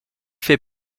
fait